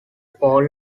paul